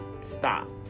stop